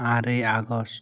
are August